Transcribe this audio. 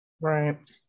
Right